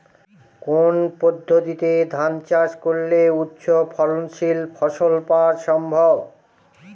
কোন পদ্ধতিতে ধান চাষ করলে উচ্চফলনশীল ফসল পাওয়া সম্ভব?